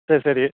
சரி சரி